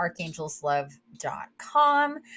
archangelslove.com